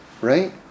right